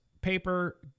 paper